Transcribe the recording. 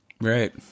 Right